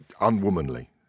unwomanly